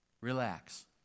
Relax